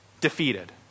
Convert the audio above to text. defeated